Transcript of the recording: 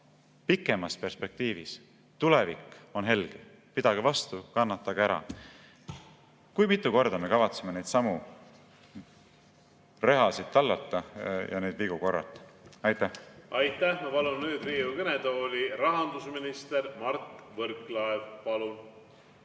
pikemas perspektiivis on tulevik helge. Pidage vastu, kannatage ära! Kui mitu korda me kavatseme neidsamu rehasid tallata ja neid vigu korrata? Aitäh! Ma palun nüüd Riigikogu kõnetooli rahandusminister Mart Võrklaeva. Palun!